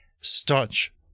staunch